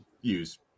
use